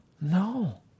No